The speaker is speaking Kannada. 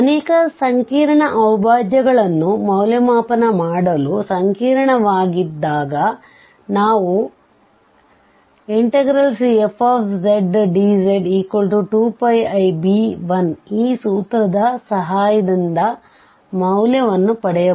ಅನೇಕ ಸಂಕೀರ್ಣ ಅವಿಭಾಜ್ಯಗಳನ್ನು ಮೌಲ್ಯಮಾಪನ ಮಾಡಲು ಸಂಕೀರ್ಣವಾಗಿದ್ದಾಗ ನಾವು Cfzdz2πib1ಈ ಸೂತ್ರದ ಸಹಾಯದಿಂದ ಮೌಲ್ಯವನ್ನು ಪಡೆಯಬಹುದು